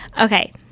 okay